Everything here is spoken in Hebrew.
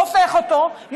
הופך אותו,